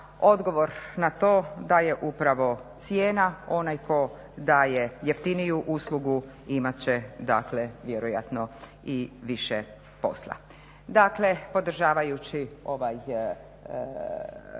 Odgovor na to da je upravo cijena onaj tko daje jeftiniju uslugu imat će dakle vjerojatno i više posla. Dakle, podržavajući ovaj